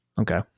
Okay